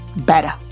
better